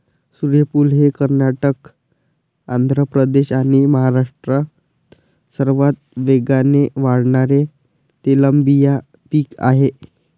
सूर्यफूल हे कर्नाटक, आंध्र प्रदेश आणि महाराष्ट्रात सर्वात वेगाने वाढणारे तेलबिया पीक आहे